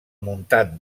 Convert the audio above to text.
muntant